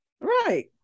right